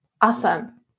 Awesome